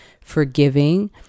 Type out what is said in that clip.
forgiving